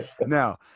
Now